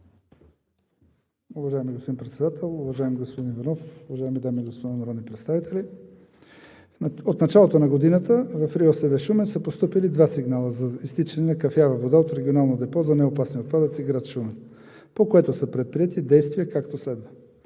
Уважаеми господин Председател, уважаеми господин Иванов, уважаеми дами и господа народни представители! От началото на годината в РИОСВ – Шумен, са постъпили два сигнала за изтичане на кафява вода от регионално депо за неопасни отпадъци – град Шумен, по което са предприети действия, както следва.